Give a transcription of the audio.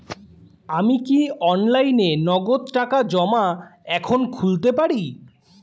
আমি কি অনলাইনে নগদ টাকা জমা এখন খুলতে পারি?